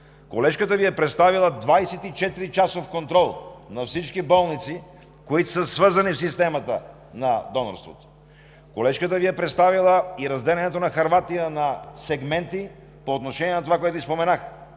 колежката Ви е представила 24-часов контрол на всички болници, които са свързани в системата на донорството. Колежката Ви е представила и разделянето на Хърватия на сегменти по отношение на това, което и споменах